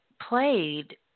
played